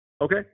Okay